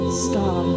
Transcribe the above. star